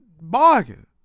bargain